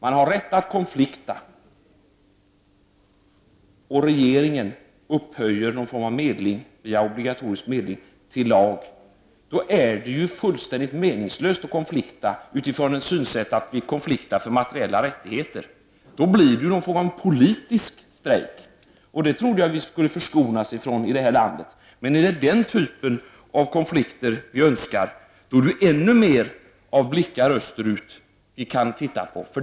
Man har rätt att konflikta, och regeringen upphöjer en obligatorisk medling till lag. Då är det ju fullständigt meningslöst att konflikta, om det är för materiella rättigheter man vill konflikta. Det blir någon form av politisk strejk, och det trodde jag att vi skulle förskonas från i det här landet. Om det är den typen av konflikter vi Önskar, kan vi kasta ännu fler blickar österut.